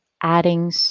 adding